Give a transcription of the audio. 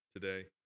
today